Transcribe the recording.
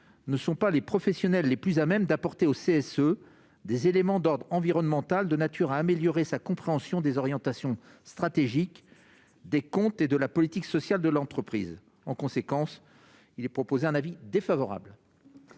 ne sont pas les professionnels les plus à même d'apporter au CSE, des éléments d'ordre environnemental, de nature à améliorer sa compréhension des orientations stratégiques des comptes et de la politique sociale de l'entreprise, en conséquence, il est proposé un avis défavorable.